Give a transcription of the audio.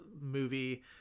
movie